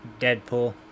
Deadpool